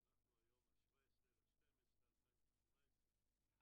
היום 17 בדצמבר 2018,